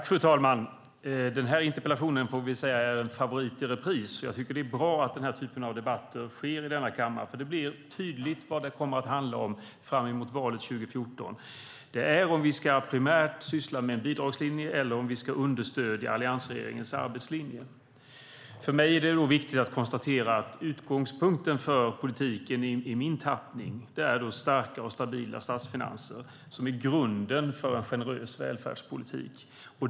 Fru talman! Den här interpellationen är en favorit i repris. Jag tycker att det är bra att den här typen av debatter sker i denna kammare. Det blir tydligt vad det kommer att handla om när vi närmar oss valet 2014, nämligen om vi primärt ska syssla med en bidragslinje eller om vi ska stödja alliansregeringens arbetslinje. För mig är det viktigt att konstatera att utgångspunkten för politiken ska vara starka och stabila statsfinanser, vilket är grunden för en generös välfärdspolitik.